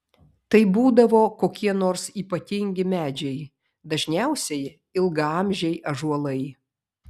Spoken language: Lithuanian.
tai būdavo kokie nors ypatingi medžiai dažniausiai ilgaamžiai ąžuolai